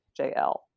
JL